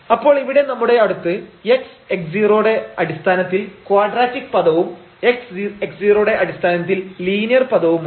അപ്പോൾ ഇവിടെ നമ്മുടെ അടുത്ത് x x0 ടെ അടിസ്ഥാനത്തിൽ ക്വാഡ്രാറ്റിക് പദവും x x0 ടെ അടിസ്ഥാനത്തിൽ ലീനിയർ പദവുമുണ്ട്